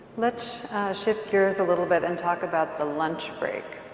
lets shift gears a little bit and talk about the lunch break.